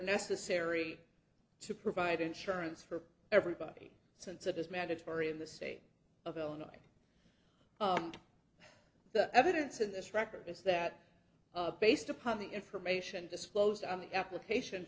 necessary to provide insurance for everybody since it is mandatory in the state of illinois and the evidence in this record is that based upon the information disclosed on the application